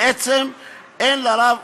בעצם אין לרב,